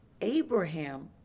Abraham